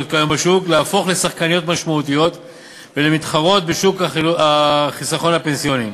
כיום בשוק להפוך לשחקניות משמעותיות ולמתחרות בשוק החיסכון הפנסיוני.